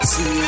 See